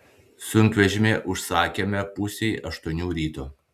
sunkvežimį užsakėme pusei aštuonių ryto